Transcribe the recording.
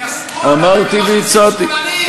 הוא מהשמאל.